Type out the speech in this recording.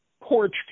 porch